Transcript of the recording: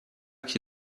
qui